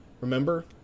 Remember